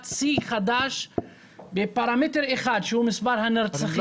שיא חדש בפרמטר אחד שהוא מספר הנרצחים